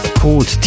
called